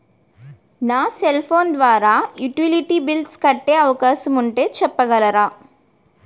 నా cell phone ద్వారా utility bills కట్టే అవకాశం ఉంటే చెప్పగలరా?